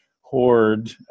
hoard